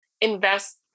invest